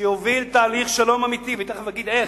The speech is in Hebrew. שיוביל תהליך שלום אמיתי, ותיכף אגיד איך.